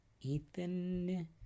Ethan